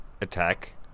attack